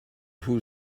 who